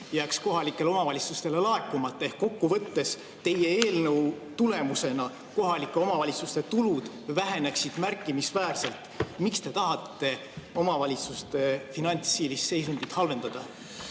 jääks kohalikele omavalitsustele laekumata. Kokkuvõttes, teie eelnõu tulemusena väheneksid kohalike omavalitsuste tulud märkimisväärselt. Miks te tahate omavalitsuste finantsilist seisundit halvendada?